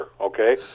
okay